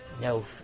No